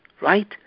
right